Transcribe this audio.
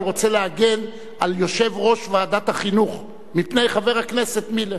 אבל אני רוצה להגן על יושב-ראש ועדת החינוך מפני חבר הכנסת מילר.